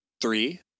three